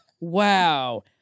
Wow